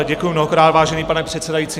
Děkuju mnohokrát, vážený pane předsedající.